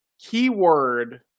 Keyword